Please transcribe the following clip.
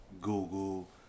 Google